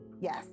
Yes